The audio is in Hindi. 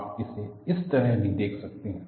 आप इसे इस तरह भी देख सकते हैं